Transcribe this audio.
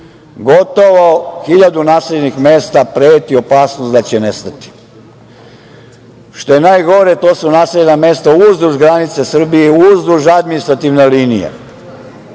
Gotovo hiljadu naseljenih mesta preti opasnost da će nestati. Što je najgore, to su naseljena mesta uzduž granice Srbije, uzduž administrativne linije.